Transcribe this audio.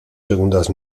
segundas